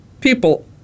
people